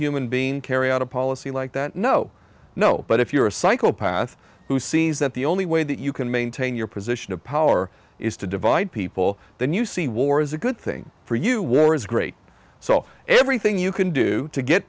human being carry out a policy like that no no but if you're a psychopath who sees that the only way that you can maintain your position of power is to divide people then you see war is a good thing for you war is great so everything you can do to get